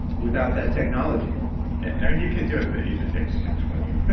without that technology i mean, you could do it, but it usually takes you know twenty to